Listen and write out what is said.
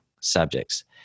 subjects